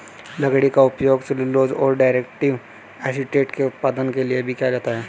लकड़ी का उपयोग सेल्यूलोज और डेरिवेटिव एसीटेट के उत्पादन के लिए भी किया जाता है